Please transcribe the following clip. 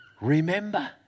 remember